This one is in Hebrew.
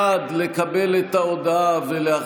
או יושב-ראש הוועדה שהכינה את הצעת החוק להציע